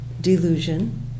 delusion